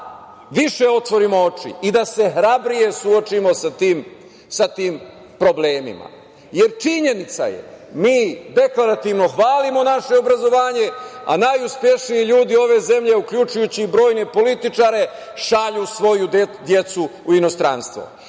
više otvorimo oči i da se hrabrije suočimo sa tim problemima. Jer činjenica je, mi deklarativno hvalimo naše obrazovanje, a najuspešniji ljudi ove zemlje, uključujući i brojne političare šalju svoju decu u inostranstvo